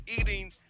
eating